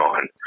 on